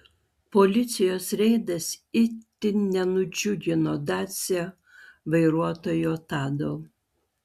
policijos reidas itin nenudžiugino dacia vairuotojo tado